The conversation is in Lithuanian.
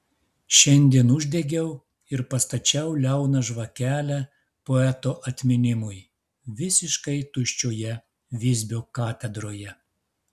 šiandien uždegiau ir pastačiau liauną žvakelę poeto atminimui visiškai tuščioje visbio katedroje